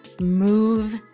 move